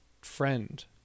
friend